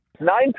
Nine